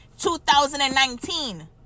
2019